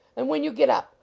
and when you get up,